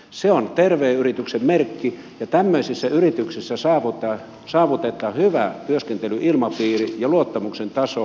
se on terveen yrityksen merkki ja tämmöisissä yrityksissä saavutetaan hyvä työskentelyilmapiiri ja luottamuksen taso